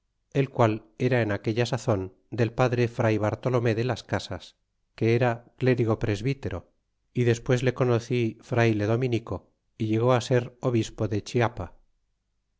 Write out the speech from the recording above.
el cual era en aquella sazon del padre fray bartolome de las casas que era clérigo presbítero y despues le conocí frayle dominico y llegó ti ser obispo de chiapa